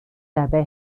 dabei